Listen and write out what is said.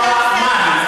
תודה, תודה.